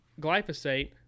glyphosate